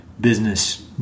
business